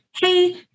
hey